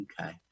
Okay